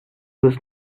was